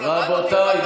רבותיי,